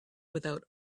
without